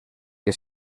que